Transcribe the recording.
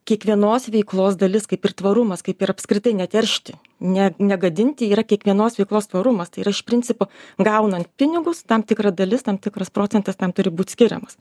kiekvienos veiklos dalis kaip ir tvarumas kaip ir apskritai neteršti ne negadinti yra kiekvienos veiklos tvarumas tai yra iš principo gaunant pinigus tam tikra dalis tam tikras procentas tam turi būt skiriamas